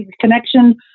connection